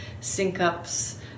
sync-ups